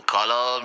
Color